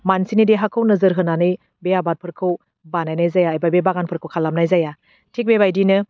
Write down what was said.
मानसिनि देहाखौ नोजोर होनानै बे आबादफोरखौ बानायनाय जाया एबा बे बागानफोरखौ खालामनाय जाया थिक बेबायदिनो